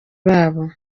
babo